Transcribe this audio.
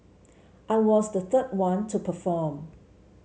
I was the third one to perform